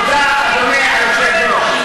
תודה, אדוני היושב-ראש.